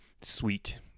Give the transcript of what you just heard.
sweet